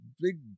big